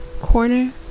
corner